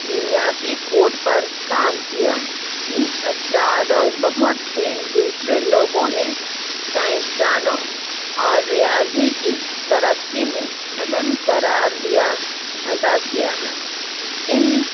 جینیاتی کوڈ پر کام کیا ان افراد اور بہت سے دوسرے لوگوں نے سائنس دانوں اور ریاضی کی ترقی میں اہم کرار دیا ادا کیا ہے ان